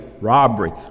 robbery